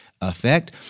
effect